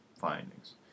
findings